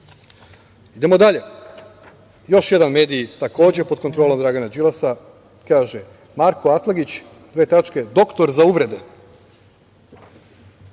Idemo dalje. Još jedan medij, takođe pod kontrolom Dragana Đilasa, kaže: „Marko Atlagić: Doktor za uvrede“.Još